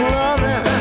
loving